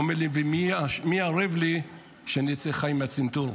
הוא אומר לי: ומי ערב לי שאני אצא חי מהצנתור?